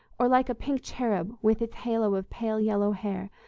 or like a pink cherub, with its halo of pale yellow hair,